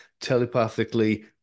telepathically